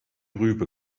rübe